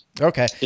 Okay